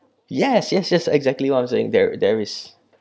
yes yes yes exactly what I'm saying there there is